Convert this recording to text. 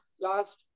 last